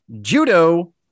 Judo